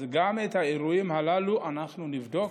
אז גם את האירועים הללו אנחנו נבדוק.